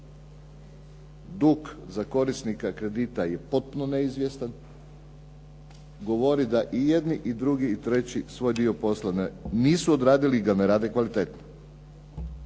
dug za korisnika kredita je potpuno neizvjestan, govori da i jedni i drugi i treći svoj dio posla nisu odraditi i da ne rade kvalitetno.